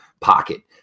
pocket